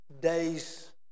days